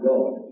God